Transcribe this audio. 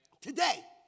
Today